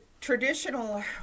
traditional